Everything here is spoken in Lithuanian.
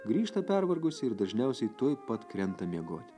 grįžta pervargusi ir dažniausiai tuoj pat krenta miegoti